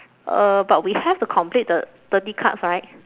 uh but we have to complete the thirty cards right